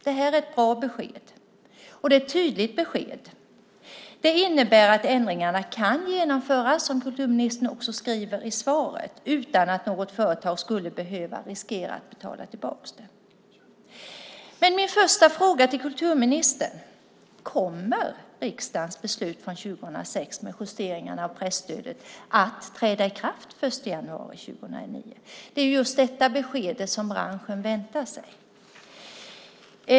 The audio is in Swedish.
Det här är ett bra och tydligt besked som innebär att ändringarna kan genomföras, vilket kulturministern också skriver i svaret, utan att något företag skulle riskera att behöva betala tillbaka det. Min första fråga till kulturministern är: Kommer riksdagens beslut från 2006 med justeringarna av presstödet att träda i kraft den 1 januari 2009? Det är just detta besked branschen väntar sig.